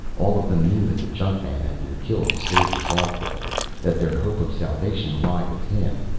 all of them knew that the junkman had been killed to save this off-worlder, that their hope of salvation lay with him.